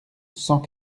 cent